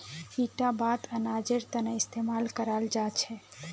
इटा बात अनाजेर तने इस्तेमाल कराल जा छे